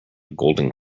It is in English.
golden